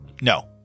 no